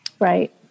Right